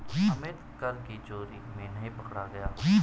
अमित कर की चोरी में नहीं पकड़ा गया